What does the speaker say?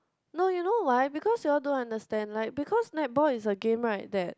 no you know why because you all don't understand like because netball is a game right that